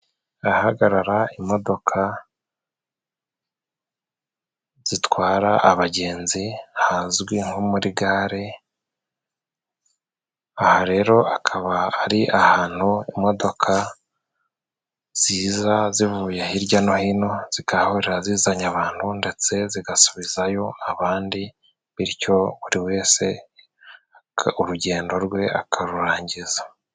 Ahahagarara imodoka zitwara abagenzi hazwi nko muri gare, aha rero hakaba ari ahantu imodoka ziza zivuye hirya no hino zikahahurira zizanye abantu, ndetse zigasubizayo abandi bityo buri wese urugendo rwe akarurangiza.